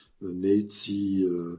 Nazi